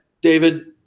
David